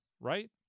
right